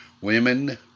Women